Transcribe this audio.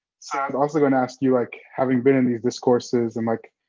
so i'm also going to ask you like having been in these discourses and like,